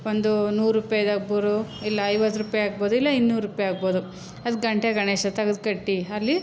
ಒಂದು ನೂರು ರೂಪಾಯ್ದು ಆಗ್ಬೋದು ಇಲ್ಲ ಐವತ್ತು ರುಪಾಯಿ ಆಗ್ಬೋದು ಇಲ್ಲ ಇನ್ನೂರು ರೂಪಾಯಿ ಆಗ್ಬೋದು ಅದು ಘಂಟೆ ಗಣೇಶ ತೆಗ್ದು ಕಟ್ಟಿ ಅಲ್ಲಿ